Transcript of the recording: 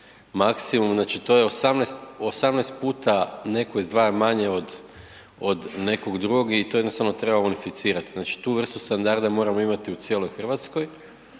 maksimum znači to je 18, 18 puta neko izdvaja manje od, od nekog drugog i to jednostavno treba unificirat, znači tu vrstu standarda moramo imati u cijeloj RH,